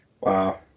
Wow